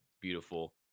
beautiful